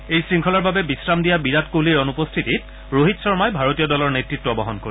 এই শৃংখলাৰ বাবে বিশ্ৰাম দিয়া বিৰাট কোহলীৰ অনুপস্থিতিত ৰোহিত শৰ্মাই ভাৰতীয় দলৰ নেতৃত্ব বহন কৰিব